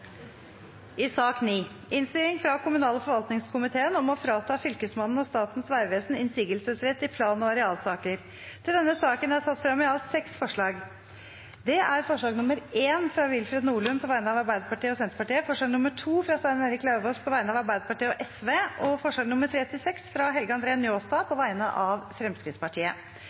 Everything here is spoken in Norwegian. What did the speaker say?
til votering. Under debatten er det satt frem i alt seks forslag. Det er forslag nr. 1, fra Willfred Nordlund på vegne av Arbeiderpartiet og Senterpartiet forslag nr. 2, fra Stein Erik Lauvås på vegne av Arbeiderpartiet og Sosialistisk Venstreparti forslagene nr. 3–6, fra Helge André Njåstad på vegne av Fremskrittspartiet